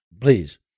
please